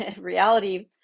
reality